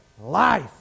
life